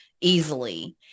easily